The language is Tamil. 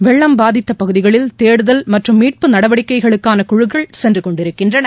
வெள்ளம் பாதித்தபகுதிகளில் தேடுதல் மற்றும் மீட்பு நடவடிக்கைகளுக்கானகுழுக்கள் சென்றுகொண்டிருக்கின்றன